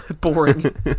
boring